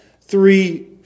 three